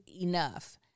enough